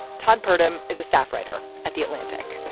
todd purdum is a staff writer at the atlantic